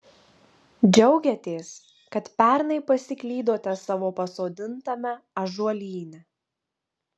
džiaugiatės kad pernai pasiklydote savo pasodintame ąžuolyne